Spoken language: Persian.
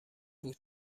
بود